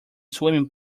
swimming